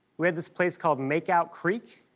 we had this place called makeout creek.